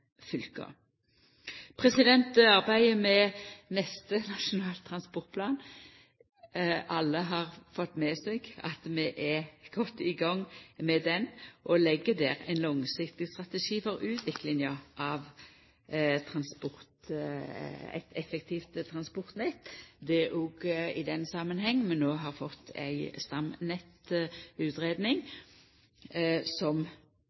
fylka. Når det gjeld arbeidet med neste nasjonale transportplan, har alle fått med seg at vi er godt i gang med det, og legg der ein langsiktig strategi for utviklinga av eit effektivt transportnett. Det er òg i den samanhengen vi no har fått ei stamnettutgreiing som